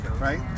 right